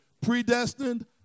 predestined